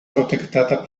protektata